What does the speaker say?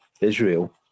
Israel